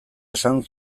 esan